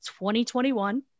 2021